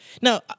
Now